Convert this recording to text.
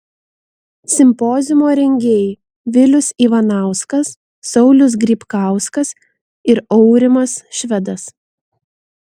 simpoziumo rengėjai vilius ivanauskas saulius grybkauskas ir aurimas švedas